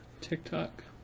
tiktok